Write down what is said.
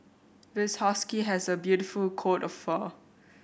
this husky has a beautiful coat of fur